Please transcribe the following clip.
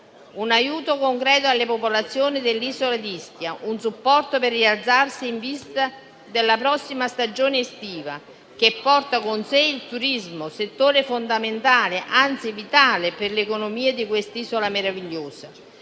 un aiuto concreto alle popolazioni dell'isola di Ischia e un supporto per rialzarsi in vista della prossima stagione estiva, che porta con sé il turismo, settore fondamentale, anzi vitale, per l'economia di quest'isola meravigliosa.